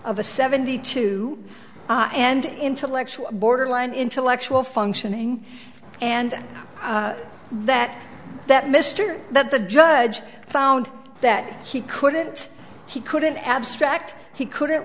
a seventy two and intellectual borderline intellectual functioning and that that mr that the judge found that he couldn't he couldn't abstract he couldn't